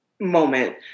moment